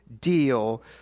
deal